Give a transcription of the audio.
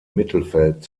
mittelfeld